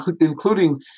including